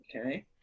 Okay